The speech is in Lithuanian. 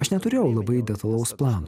aš neturėjau labai detalaus plano